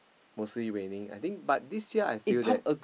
mostly raining I think but this year I feel that